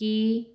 ਕੀ